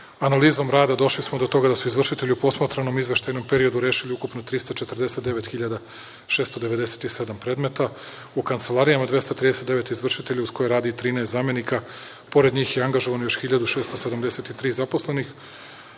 Analizom rada došli smo do toga da su izvršitelji u posmatranom izveštajnom periodu rešili ukupno 349.697 predmeta, u kancelarijama 239 izvršitelja uz koje radi 13 zamenika, a pored njih je angažovano još 1.673 zaposlena,